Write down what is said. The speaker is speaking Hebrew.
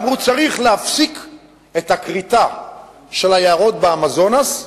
ואמרו: צריך להפסיק את הכריתה של היערות באמזונס,